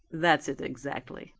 that's it exactly,